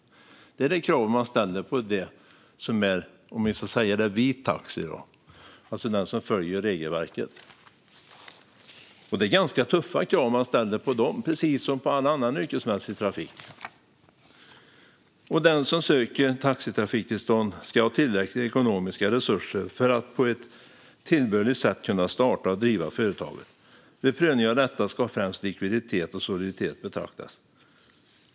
Detta är det krav man ställer på det som så att säga är vit taxi, alltså den som följer regelverket. Det är ganska tuffa krav, precis som på all annan yrkesmässig trafik. Vidare står det att "den som söker taxitrafiktillstånd ska ha tillräckliga ekonomiska resurser för att på ett tillbörligt sätt kunna starta och driva företaget. Vid prövningen av detta ska främst likviditet och soliditet beaktas."